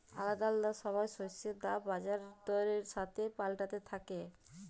আলাদা আলাদা সময় শস্যের দাম বাজার দরের সাথে পাল্টাতে থাক্যে